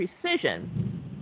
precision